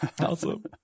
Awesome